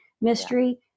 mystery